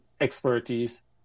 expertise